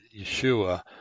Yeshua